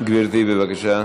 גברתי, בבקשה.